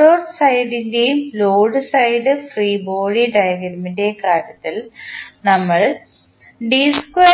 motor സൈഡിൻറെയും load side free body ഡയഗ്രാമിൻറെയും കാര്യത്തിൽ നമ്മൾ എന്ന